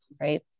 right